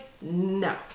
no